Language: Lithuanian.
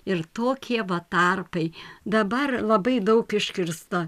ir tokie va tarpai dabar labai daug iškirsta